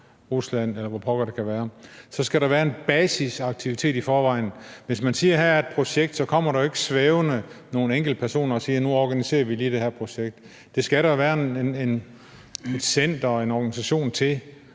eller hvor pokker det nu kan være – skal der i forvejen være en basisaktivitet. Hvis man siger, at der her er et projekt, kommer der jo ikke lige svævende nogle enkeltpersoner og siger: Nu organiserer vi lige det her projekt. Der skal jo være et center eller